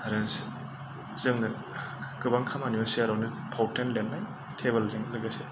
आरो जोङो गोबां खामानियाव सियारावनो फावथेन लिरनाय तेबोलजों लोगोसे